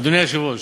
אדוני היושב-ראש,